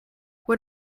what